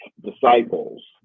disciples